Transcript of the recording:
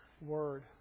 Word